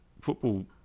football